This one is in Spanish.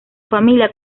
familia